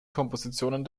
kompositionen